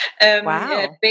Wow